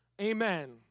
Amen